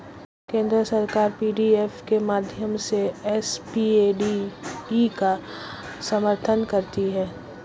केंद्र सरकार पी.डी.एफ के माध्यम से एस.पी.ए.डी.ई का समर्थन करती है